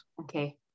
Okay